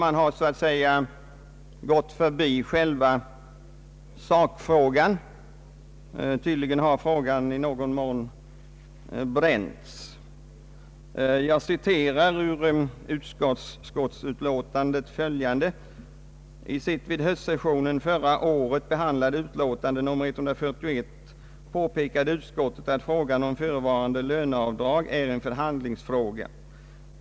Man har så att säga gått förbi själva sakfrågan. Tydligen har frågan i någon mån bränts. Jag citerar ur utskottsutlåtandet: ”I sitt vid höstsessionen förra året behandlade utlåtande nr 141 påpekade utskottet att frågan om förevarande löneavdrag är en förhandlingsfråga.